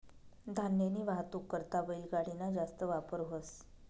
धान्यनी वाहतूक करता बैलगाडी ना जास्त वापर व्हस